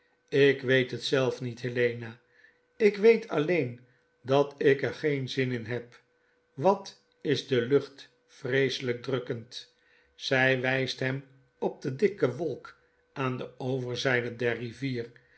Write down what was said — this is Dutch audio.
lk weet het zelf niet helena ik weet alleen dat ik er geen zin in heb wat is de lucht vreeselijk drukkend i zij wyst hem op de dikke wolk aan de overzyde der rivier